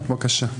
בבקשה.